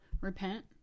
Repent